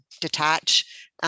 detach